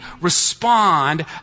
respond